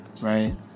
Right